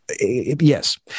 Yes